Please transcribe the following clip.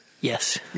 Yes